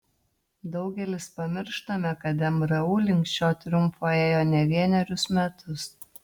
daugelis pamirštame kad mru link šio triumfo ėjo ne vienerius metus